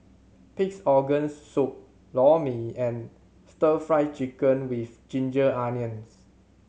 Pig's Organ Soup Lor Mee and Stir Fry Chicken with ginger onions